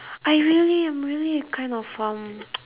I really I'm really kind of um